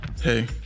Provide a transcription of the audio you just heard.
Hey